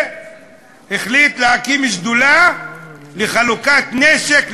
והחליט להקים שדולה לחלוקת נשק,